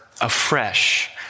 afresh